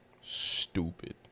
Stupid